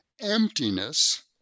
emptiness